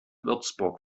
würzburg